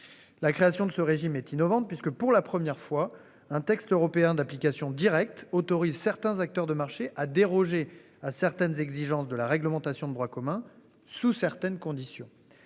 La création de ce régime est innovante puisque pour la première fois un texte européen d'application directe autorise certains acteurs de marché à déroger à certaines exigences de la réglementation de droit commun sous certaines conditions.